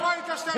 איפה היית 12 שנה?